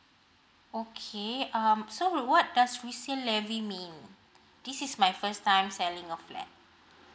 okay um so what does resale levy mean this is my first time selling a flat